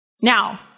Now